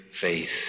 faith